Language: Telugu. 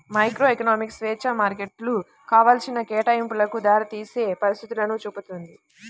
మైక్రోఎకనామిక్స్ స్వేచ్ఛా మార్కెట్లు కావాల్సిన కేటాయింపులకు దారితీసే పరిస్థితులను చూపుతుంది